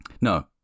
No